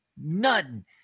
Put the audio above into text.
None